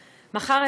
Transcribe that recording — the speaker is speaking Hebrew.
מחר,